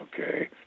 Okay